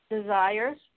desires